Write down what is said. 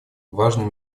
важные